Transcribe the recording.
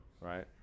right